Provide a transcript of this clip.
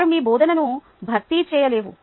వారు మీ బోధనను భర్తీ చేయలేవు